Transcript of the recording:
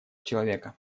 человека